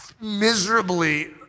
miserably